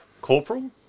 Corporal